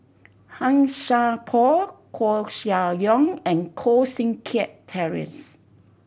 Han Sai Por Koeh Sia Yong and Koh Seng Kiat Terence